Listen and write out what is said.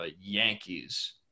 Yankees